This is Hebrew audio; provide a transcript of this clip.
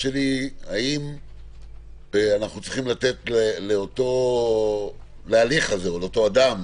האם אנחנו צריכים לתת להליך הזה או לאותו אדם,